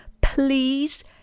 please